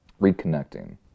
reconnecting